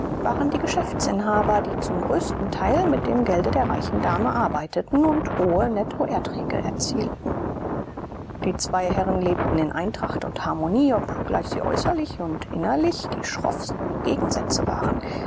waren die geschäftsinhaber die zum größten teil mit dem gelde der reichen dame arbeiteten und hohe nettoerträge erzielten die zwei herren lebten in eintracht und harmonie obgleich sie äußerlich und innerlich die schroffsten gegensätze waren